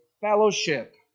fellowship